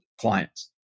clients